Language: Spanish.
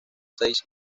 seis